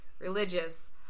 Religious